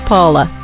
Paula